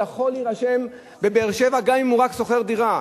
יכול להירשם בבאר-שבע גם אם הוא רק שוכר דירה.